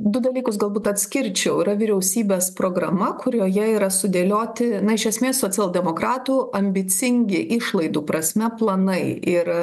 du dalykus galbūt atskirčiau yra vyriausybės programa kurioje yra sudėlioti na iš esmės socialdemokratų ambicingi išlaidų prasme planai ir